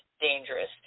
dangerous